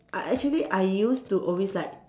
I actually I used to always like